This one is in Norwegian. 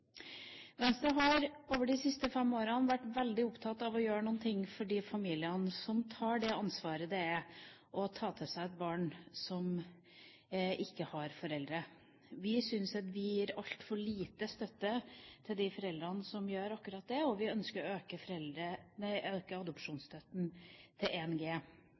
Venstre har over de siste fem årene vært veldig opptatt av å gjøre noe for de familiene som tar det ansvaret det er å ta til seg et barn som ikke har foreldre. Vi syns at vi gir altfor lite støtte til de foreldrene som gjør akkurat det, og vi ønsker å øke adopsjonsstøtten til 1 G.